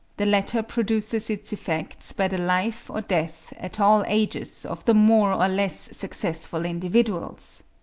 the latter produces its effects by the life or death at all ages of the more or less successful individuals.